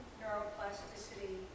neuroplasticity